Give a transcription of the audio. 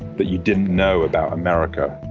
that you didn't know about america.